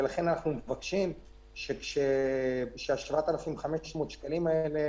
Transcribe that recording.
ולכן אנחנו מבקשים שה-7,500 שקלים האלה